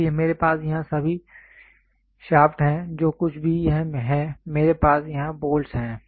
इसलिए मेरे पास यहां सभी शाफ्ट हैं जो कुछ भी यह है मेरे पास यहां बोल्ट हैं